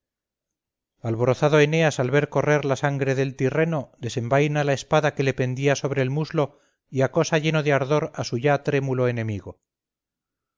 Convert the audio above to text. alborozado eneas al ver correr la sangre del tirreno desenvaina la espada que le pendía sobre el muslo y acosa lleno de ardor a su ya trémulo enemigo